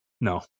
no